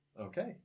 Okay